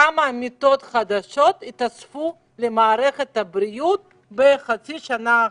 כמה מיטות חדשות התווספו למערכת הבריאות בחצי השנה האחרונה?